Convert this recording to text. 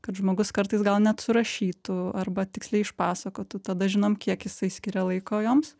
kad žmogus kartais gal net surašytų arba tiksliai išpasakotų tada žinom kiek jisai skiria laiko joms